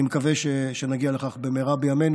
אני מקווה שנגיע לכך במהרה בימינו,